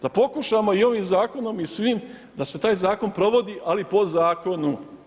Da pokušamo i ovim zakonom i svim da se taj zakon provodi ali po zakonu.